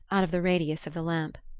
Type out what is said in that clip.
out of the radius of the lamp.